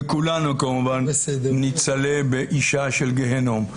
וכולנו כמובן ניצלה באישה של גיהינום.